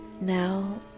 Now